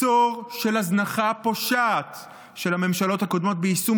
עשור של הזנחה פושעת של הממשלות הקודמות ביישום